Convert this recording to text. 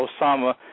Osama